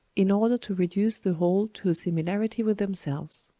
in order to reduce the whole to a similarity with themselves.